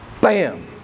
Bam